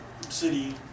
city